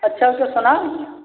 अच्छा ओ जो सुनार यहाँ